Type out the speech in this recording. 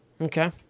okay